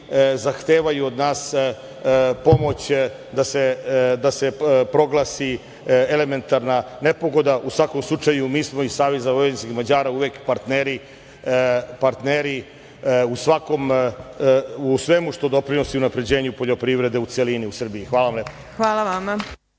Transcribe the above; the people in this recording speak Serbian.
zahtevaju od nas pomoć, da se proglasi elementarna nepogoda, u svakom slučaju, mi smo iz Saveza vojvođanskih Mađara uvek partneri u svemu što doprinosi unapređenju poljoprivrede u celini u Srbiji. Hvala lepo.